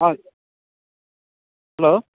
hello